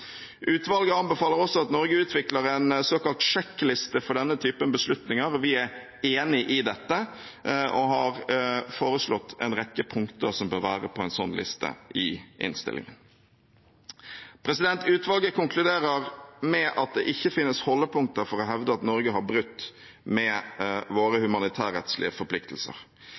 Utvalget anbefaler også at Norge utvikler en såkalt sjekkliste for denne typen beslutninger. Vi er enig i dette og har foreslått i innstillingen en rekke punkter som bør være på en sånn liste. Utvalget konkluderer med at det ikke finnes holdepunkter for å hevde at Norge har brutt med våre humanitærrettslige forpliktelser.